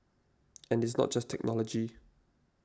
and it's not just technology